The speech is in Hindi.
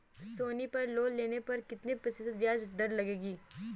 सोनी पर लोन लेने पर कितने प्रतिशत ब्याज दर लगेगी?